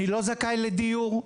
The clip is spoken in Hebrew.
אני לא זכאי לדיור,